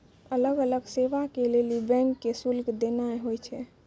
अलग अलग सेवा के लेली बैंक के शुल्क देना होय छै